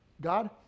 God